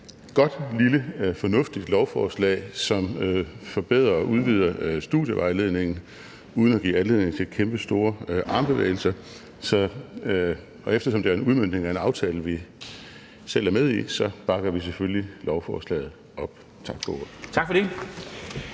godt, lille, fornuftigt lovforslag, som forbedrer og udvider studievejledningen uden at give anledning til kæmpestore armbevægelser, og eftersom det jo er en udmøntning af en aftale, som vi selv er med i, så bakker vi selvfølgelig lovforslaget op. Tak for ordet.